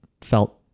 felt